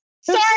sorry